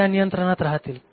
त्या नियंत्रणात राहतील